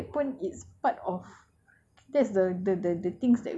so even if kita kita tak ada duit pun it's part of